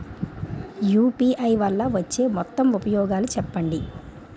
UPI వల్ల వచ్చే మొత్తం ఉపయోగాలు చెప్పండి?